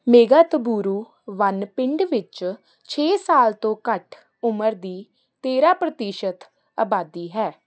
ਮੇਘਾਤੂਬੁਰੂ ਵਣ ਪਿੰਡ ਵਿੱਚ ਛੇ ਸਾਲ ਤੋਂ ਘੱਟ ਉਮਰ ਦੀ ਤੇਰ੍ਹਾਂ ਪ੍ਰਤੀਸ਼ਤ ਆਬਾਦੀ ਹੈ